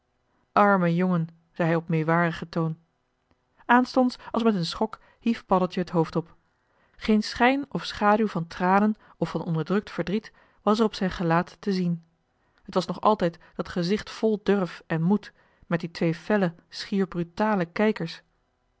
arme jongen zei hij op meewarigen toon aanstonds als met een schok hief paddeltje het hoofd op geen schijn of schaduw van tranen of van onderdrukt verdriet was er op zijn gelaat te zien t was nog altijd dat gezicht vol durf en moed met die twee felle schier brutale kijkers